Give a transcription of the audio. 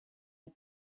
der